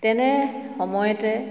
তেনে সময়তে